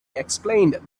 explained